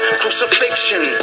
crucifixion